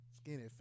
Skinny